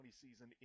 season